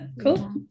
cool